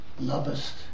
lovest